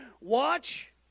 Watch